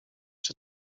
czy